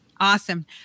Awesome